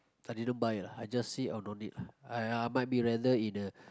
I didn't buy lah I just see oh no need lah I I might be rather eat the